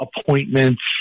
appointments